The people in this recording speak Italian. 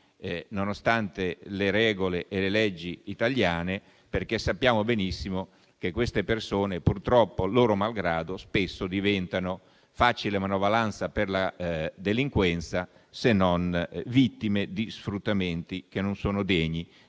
nonostante le regole e le leggi italiane, perché sappiamo benissimo che queste persone purtroppo, loro malgrado, spesso diventano facile manovalanza per la delinquenza, se non vittime di sfruttamenti che non sono degni